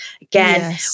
again